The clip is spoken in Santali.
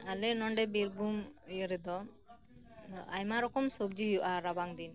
ᱟᱞᱮ ᱱᱚᱰᱮ ᱵᱤᱨᱵᱷᱩᱢ ᱤᱭᱟᱹ ᱨᱮᱫᱚ ᱟᱭᱢᱟ ᱨᱚᱠᱚᱢ ᱥᱚᱵᱽᱡᱤ ᱦᱩᱭᱩᱜᱼᱟ ᱨᱟᱵᱟᱝ ᱫᱤᱱ